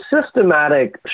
systematic